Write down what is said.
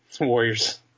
Warriors